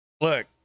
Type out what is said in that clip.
Look